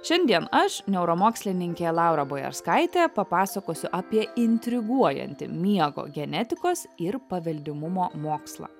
šiandien aš neuromokslininkė laura bojarskaitė papasakosiu apie intriguojantį miego genetikos ir paveldimumo mokslą